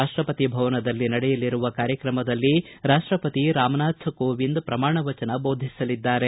ರಾಷ್ಷಪತಿ ಭವನದಲ್ಲಿ ನಡೆಯಲಿರುವ ಕಾರ್ಯಕ್ರಮದಲ್ಲಿ ರಾಷ್ಟಪತಿ ರಾಮನಾಥ್ ಕೋವಿಂದ್ ಪ್ರಮಾಣ ವಚನ ಬೋಧಿಸಲಿದ್ದಾರೆ